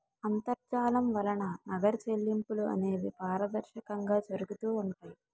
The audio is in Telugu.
అంతర్జాలం వలన నగర చెల్లింపులు అనేవి పారదర్శకంగా జరుగుతూ ఉంటాయి